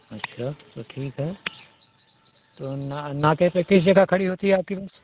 अच्छा तो ठीक है तो ना नाके पर किस जगह खड़ी होती है आपकी बस